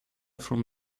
from